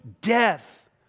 death